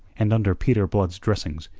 and under peter blood's dressings,